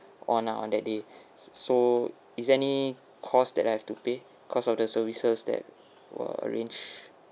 on ah on that day s~ so is there any cost that I have to pay cause of the services that were arrange